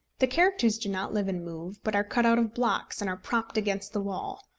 the characters do not live and move, but are cut out of blocks and are propped against the wall.